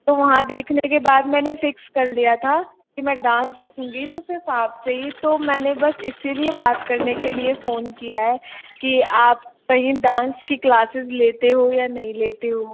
तो वहाँ देखने के बाद मैंने फिक्स कर लिया था कि में डांस सीखूँगी तो सिर्फ आप से ही तो मैंने बस इसी लिए बात करने के लिए फोन किए है कि आप कहीं डांस की क्लासेस लेते हो या नहीं लेते हो